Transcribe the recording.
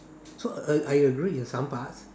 so uh I agree in some parts